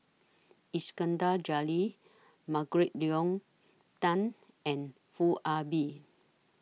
Iskandar Jalil Margaret Leng Tan and Foo Ah Bee